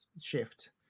shift